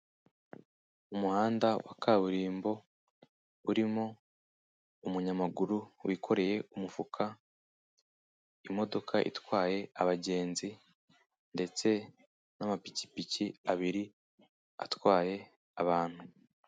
Umuhanda wa kaburimbo urimo umunyamaguru wikoreye umufuka, imodoka itwaye abagenzi ndetse n'amapikipiki abiri atwaye abantu.